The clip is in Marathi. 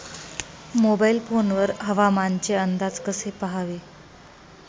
मोबाईल फोन वर हवामानाचे अंदाज कसे पहावे?